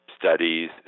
studies